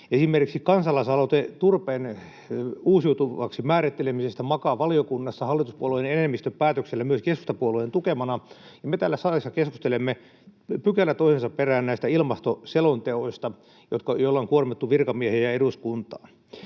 Esimerkiksi kansalaisaloite turpeen uusiutuvaksi määrittelemisestä makaa valiokunnassa hallituspuolueiden enemmistön päätöksellä, myös keskustapuolueen tukemana, ja me täällä salissa keskustelemme pykälä toisensa perään näistä ilmastoselonteoista, joilla on kuormitettu virkamiehiä ja eduskuntaa.